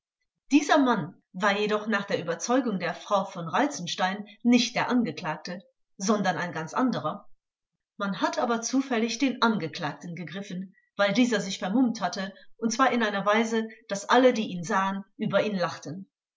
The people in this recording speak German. dieser mann war jedoch nach der überzeugung der frau v reitzenstein nicht der angeklagte sondern ein ganz anderer man hat aber zufällig den angeklagten gegriffen weil dieser sich vermummt hatte und zwar in einer weise daß alle die ihn sahen über ihn lachten